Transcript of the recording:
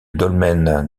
dolmen